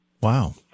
Wow